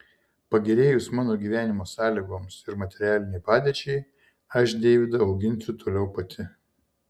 pagerėjus mano gyvenimo sąlygoms ir materialinei padėčiai aš deivydą auginsiu toliau pati